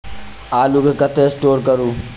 आलु केँ कतह स्टोर करू?